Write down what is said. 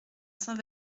saint